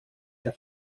der